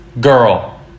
Girl